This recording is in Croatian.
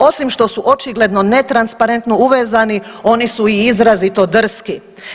Osim što su očigledno netransparentno uvezani, oni su i izrazito drski.